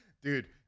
Dude